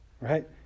Right